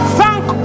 thank